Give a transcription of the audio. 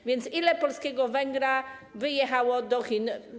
A więc ile polskiego węgla wyjechało do Chin?